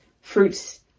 fruits